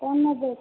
କ'ଣ ନେବ